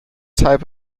type